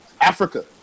Africa